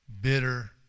bitter